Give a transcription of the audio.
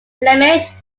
flemish